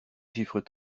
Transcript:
chiffres